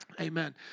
Amen